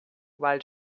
while